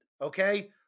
Okay